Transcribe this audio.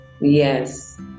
Yes